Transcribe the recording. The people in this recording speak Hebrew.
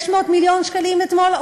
600 מיליון שקלים אתמול?